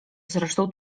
zresztą